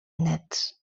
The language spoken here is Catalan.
néts